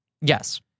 Yes